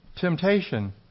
Temptation